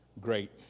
great